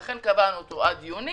לכן קבענו אותו עד יוני